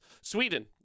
sweden